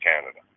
Canada